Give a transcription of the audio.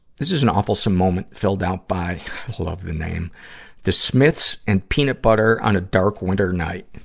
this is an awfulsome moment filled out by love the name the smiths and peanut butter on a dark winter night.